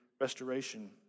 restoration